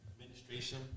Administration